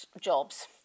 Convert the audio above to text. jobs